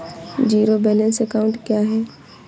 Zero balance account क्या है?